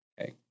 Okay